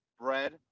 bread